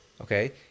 okay